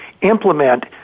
implement